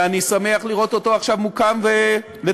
ואני שמח לראות אותו עכשיו מוקם לתלפיות,